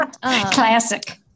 Classic